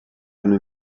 hanno